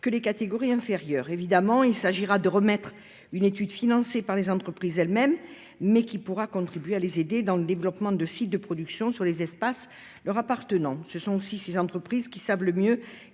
que les catégories inférieures. Il s'agira de remettre une étude financée par les entreprises elles-mêmes, mais qui pourra contribuer à les aider dans le développement de sites de production sur les espaces leur appartenant. Ce sont aussi ces entreprises qui savent le mieux